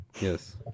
Yes